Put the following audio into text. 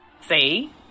See